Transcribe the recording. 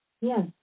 Yes